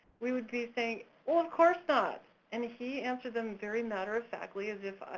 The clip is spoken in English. we would be saying, well, of course not! and he answered them very matter of factly, as if,